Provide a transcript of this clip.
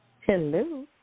Hello